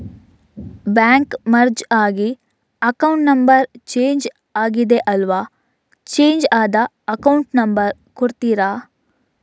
Bank merge ಆಗಿ account number change ಆಗಿದೆ ಅಲ್ವಾ, ಚೇಂಜ್ ಆದ ಅಕೌಂಟ್ ನಂಬರ್ ಕೊಡ್ತೀರಾ?